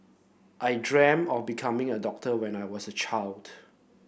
I dream of becoming a doctor when I was a child